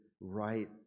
right